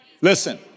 Listen